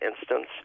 instance